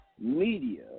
media